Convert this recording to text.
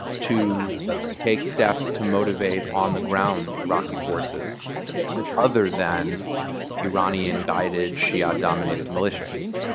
to take steps to motivate on-the-ground iraqi forces other than iranian-guided, shia-dominated militias.